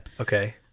Okay